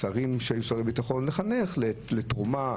לחנך לתרומה,